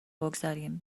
بگذاریم